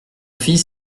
fils